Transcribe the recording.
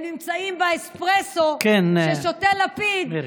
הם נמצאים באספרסו ששותה לפיד, כן, מירי.